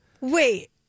Wait